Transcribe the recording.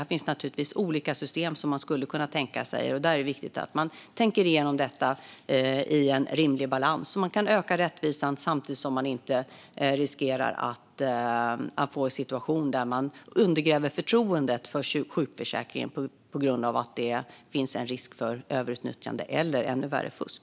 Det finns olika system som man skulle kunna tänka sig, och det är viktigt att man tänker igenom detta i en rimlig balans så att man kan öka rättvisan samtidigt som man inte riskerar att få en situation där man undergräver förtroendet för sjukförsäkringen på grund av risk för överutnyttjande eller, ännu värre, fusk.